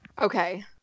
Okay